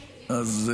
אז.